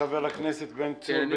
חבר הכנסת בן צור, בקצרה.